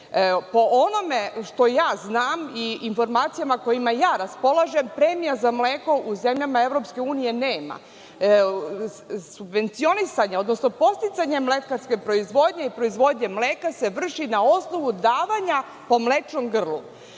onome što znam i informacijama kojima raspolažem, premija za mleko u zemljama Evropske unije nema. Subvencionisanje, odnosno podsticanje mlekarske proizvodnje i proizvodnje mleka se vrši na osnovu davanja po mlečnom grlu,